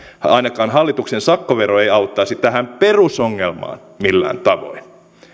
ainakaan hallituksen sakkovero ei auttaisi tähän perusongelmaan millään tavoin